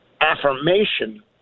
affirmation